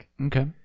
Okay